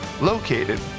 located